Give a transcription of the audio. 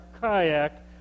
kayak